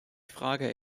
frage